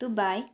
Dubai